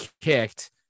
kicked